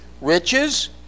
riches